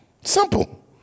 Simple